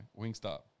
Wingstop